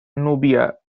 nubia